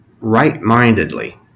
right-mindedly